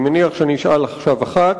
אני מניח שאני אשאל עכשיו אחת,